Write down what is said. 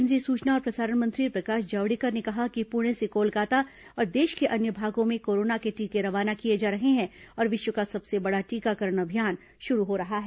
केंद्रीय सूचना और प्रसारण मंत्री प्रकाष जावड़ेकर ने कहा कि पुणे से कोलकाता और देष के अन्य भागों में कोरोना के टीके रवाना किए जा रहे हैं और विष्व का सबसे बड़ा टीकाकरण अभियान शुरू हो रहा है